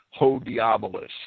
Hodiabolus